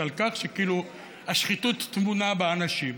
על כך שכאילו השחיתות טמונה באנשים.